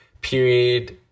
period